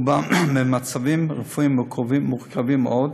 רובם במצבים רפואיים מורכבים מאוד,